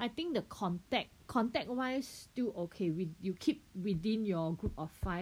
I think the contact contact wise still okay with~ you keep within your group of five